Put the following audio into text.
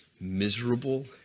miserable